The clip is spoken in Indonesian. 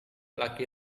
laki